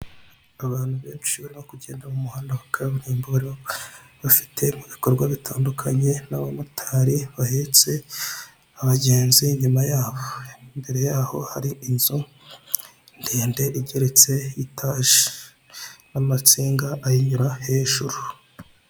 Handitseho irembo ahatangirwa ubufasha ku birebana no kwiyandikisha cyangwa se mu kwishyura imisoro, kwifotoza n'ibindi bijye bitandukanye.